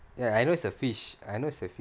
ya I know is a fish I know is a fish